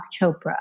Chopra